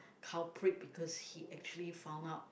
culprit because he actually found out